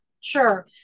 Sure